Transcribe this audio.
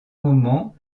moment